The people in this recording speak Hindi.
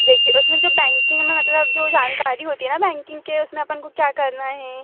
देखिए उसमें जो बैंकिंग में मतलब जो जानकारी होती है ना बैंकिंग के उसमें अपन को क्या करना है